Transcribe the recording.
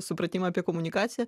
supratimą apie komunikaciją